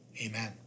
Amen